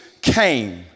came